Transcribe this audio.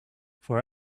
for